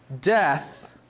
Death